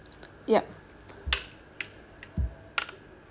yup